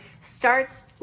starts